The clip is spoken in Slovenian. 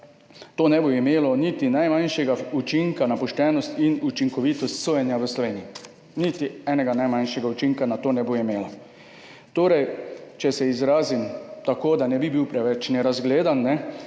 to ne bo imelo niti najmanjšega učinka na poštenost in učinkovitost sojenja v Sloveniji, niti najmanjšega učinka ne bo imelo na to. Torej, če se izrazim tako, da ne bi bil preveč nerazgledan,